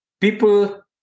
People